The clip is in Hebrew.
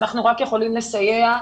אנחנו רק יכולים לסייע.